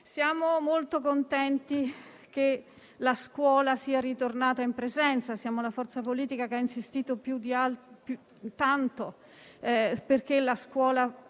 Siamo molto contenti che la scuola sia tornata in presenza. Siamo una forza politica che ha tanto insistito perché la scuola